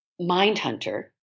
Mindhunter